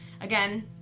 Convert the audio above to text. again